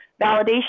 validation